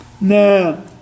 No